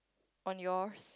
on yours